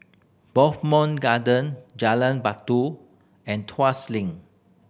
Bowmont Garden Jalan Batu and Tuas Link